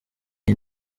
iyi